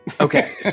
Okay